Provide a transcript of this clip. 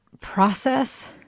process